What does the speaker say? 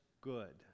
good